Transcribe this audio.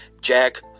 Jack